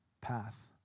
path